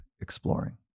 exploring